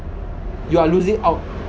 you're losing out